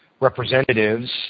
representatives